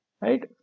Right